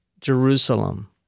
Jerusalem